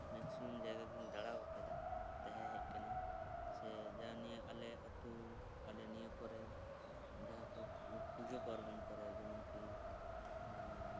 maximum ᱡᱟᱭᱜᱟ ᱜᱮᱧ ᱫᱟᱬᱟ ᱟᱠᱟᱫᱟ ᱛᱟᱦᱮᱸ ᱦᱮᱡ ᱟᱠᱟᱱᱟᱹᱧ ᱥᱮ ᱡᱟᱦᱟᱸ ᱱᱤᱭᱟᱹ ᱟᱞᱮ ᱟᱹᱛᱩ ᱟᱞᱮ ᱱᱤᱭᱟᱹ ᱠᱚᱨᱮ ᱡᱟᱦᱟᱸ ᱠᱚ ᱯᱩᱡᱟᱹ ᱯᱟᱨᱵᱚᱱ ᱠᱚᱨᱮ ᱡᱮᱢᱚᱱ ᱠᱤ